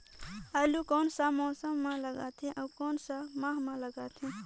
आलू कोन सा मौसम मां लगथे अउ कोन सा माह मां लगथे?